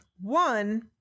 One